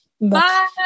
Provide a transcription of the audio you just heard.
Bye